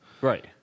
Right